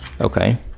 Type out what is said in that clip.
Okay